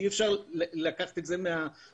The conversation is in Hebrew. אי אפשר לקחת את זה מהנוסחה